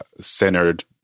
centered